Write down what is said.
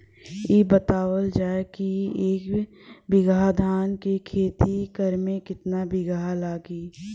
इ बतावल जाए के एक बिघा धान के खेती करेमे कितना बिया लागि?